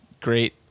great